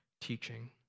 teaching